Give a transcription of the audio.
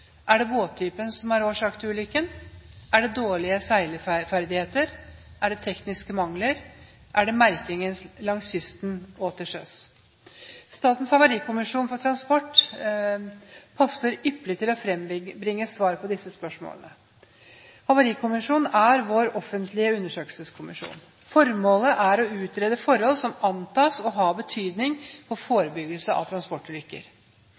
Er det båttypen som er årsaken til ulykken? Er det dårlige seilerferdigheter? Er det tekniske mangler? Er det merkingen langs kysten og til sjøs? Statens havarikommisjon for transport passer ypperlig til å frembringe svar på disse spørsmålene. Havarikommisjonen er vår offentlige undersøkelseskommisjon. Formålet er å utrede forhold som antas å ha betydning for forebyggelsen av transportulykker.